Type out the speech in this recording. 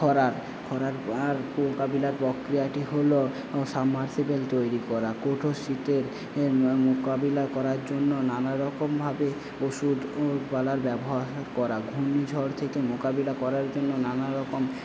খরার খরার মোকাবিলার প্রক্রিয়াটি হল সাবমার্সিবেল তৈরি করা কঠোর শীতের মোকাবিলা করার জন্য নানারকমভাবে ওষুধ পালার ব্যবহার করা ঘূর্ণিঝড় থেকে মোকাবিলা করার জন্য নানারকম